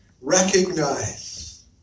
recognize